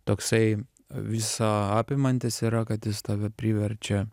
toksai visa apimantis yra kad jis tave priverčia